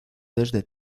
desde